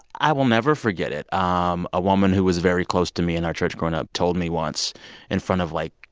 i will never forget it. um a woman who was very close to me in our church growing up told me once in front of, like,